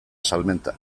salmenta